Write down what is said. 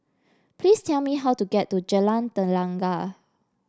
please tell me how to get to Jalan Tenaga